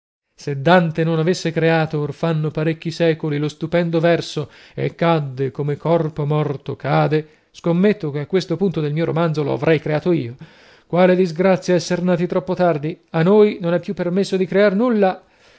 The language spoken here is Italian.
se dante non avesse creato or fanno parecchi secoli lo stupendo verso e cadde come corpo morto cade scommetto che a questo punto del mio romanzo lo avrei creato io quale disgrazia esser nati troppo tardi a noi non è più permesso di crear nulla